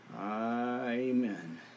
Amen